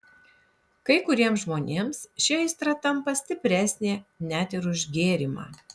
kai kuriems žmonėms ši aistra tampa stipresnė net ir už gėrimą